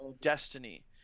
destiny